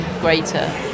greater